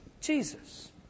Jesus